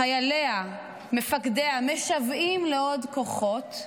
חייליו, מפקדיו, משוועים לעוד כוחות,